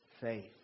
faith